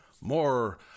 more